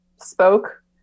spoke